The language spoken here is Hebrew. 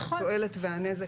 התועלת והנזק.